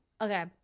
okay